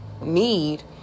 need